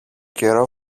καιρό